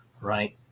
right